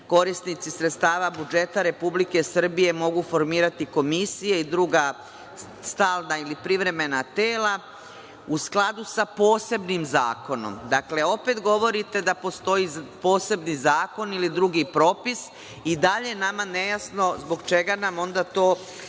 korisnici sredstava budžeta Republike Srbije mogu formirati komisije i druga stalna ili privremena tela u skladu sa posebnim zakonom. Dakle, opet govorite da postoji poseban zakon ili drugi propis i dalje je nama nejasno zbog čega to servirate